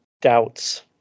doubts